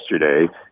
yesterday